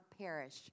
perish